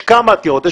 יש כמה עתירות.